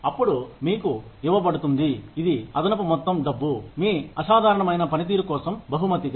అప్పుడు మీకు ఇవ్వబడుతుంది ఇది అదనపు మొత్తం డబ్బు మీ అసాధారణమైన పనితీరు కోసం బహుమతిగా